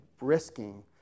risking